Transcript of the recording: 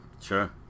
sure